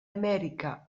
amèrica